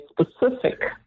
specific